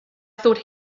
thought